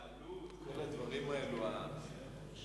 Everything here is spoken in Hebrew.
בעלות, כל הדברים האלה הלא-ענייניים.